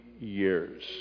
years